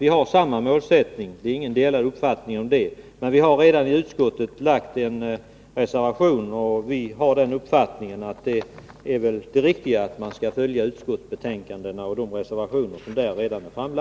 Vi har samma målsättning, men vi har redan i utskottet fogat en reservation till utskottets betänkande, och vi har uppfattningen att det riktiga är att arbeta efter de betänkanden som arbetas fram i utskottet och de reservationer som fogas till dessa.